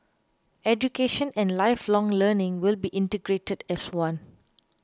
education and lifelong learning will be integrated as one